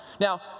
Now